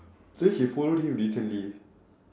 then she follow you literally